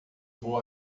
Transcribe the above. vou